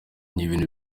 n’ibintu